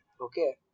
Okay